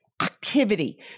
Activity